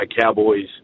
Cowboys